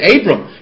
Abram